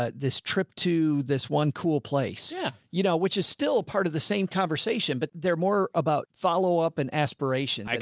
ah this trip to this one cool place. yeah. you know, which is still a part of the same conversation, but they're more about followup and aspirations.